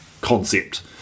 concept